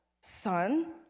Son